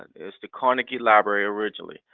it's the carnegie library originally.